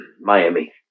Miami